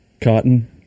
Cotton